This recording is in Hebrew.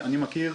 אבל אנחנו שמחים,